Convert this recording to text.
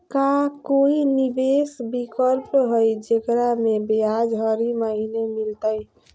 का कोई निवेस विकल्प हई, जेकरा में ब्याज हरी महीने मिलतई?